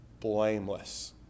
blameless